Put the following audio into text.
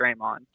Draymond